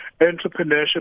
entrepreneurship